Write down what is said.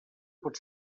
pot